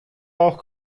auch